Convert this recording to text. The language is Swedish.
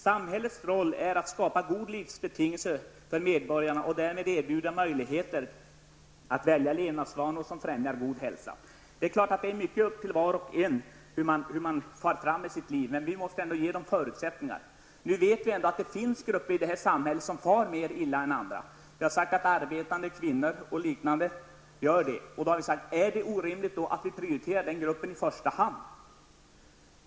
Samhällets roll är att skapa goda livsbetingelser för medborgarna och därmed erbjuda möjligheter att välja levnadsvanor som främjar god hälsa. Det är klart att det är upp till var och en hur man far fram med sitt liv. Men vi måste ändå ge människor goda förutsättningar. Vi vet att det finns grupper i det här samhället som far mer illa än andra. Vi har sagt att bl.a. arbetande kvinnor gör det. Är det då orimligt att vi prioriterar den gruppen i första hand.